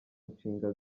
nshinga